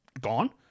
gone